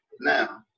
Now